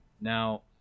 Now